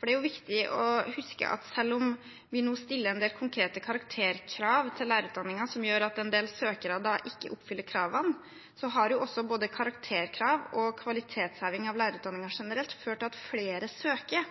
Det er viktig å huske at selv om vi nå stiller en del konkrete karakterkrav til lærerutdanningen, som gjør at en del søkere ikke oppfyller kravene, har både karakterkrav og kvalitetsheving av lærerutdanningen generelt ført til at flere søker.